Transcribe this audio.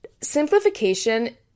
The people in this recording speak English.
simplification